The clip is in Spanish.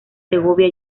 segovia